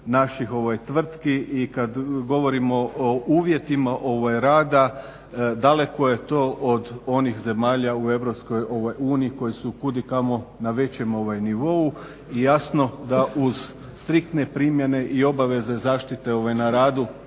naših tvrtki i kad govorimo o uvjetima rada daleko je to od onih zemalja u EU koje su kudikamo na većem nivou. I jasno da uz striktne primjene i obaveze zaštite na radu